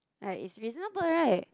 yeah it's reasonable right